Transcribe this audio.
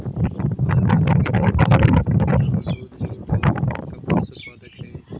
भारत विश्व के सब से बड़ा दाल, चावल, दूध, जुट और कपास उत्पादक हई